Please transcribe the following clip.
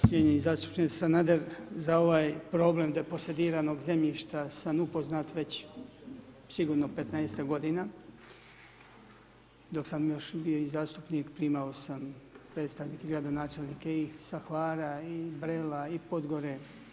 Cijenjeni zastupniče Sanader, za ovaj problem deposediranog zemljišta sam upoznat već sigurno petnaestak godina dok sam još bio i zastupnik, primao sam predstavnike i gradonačelnike i sa Hvara i Brela i Podgore.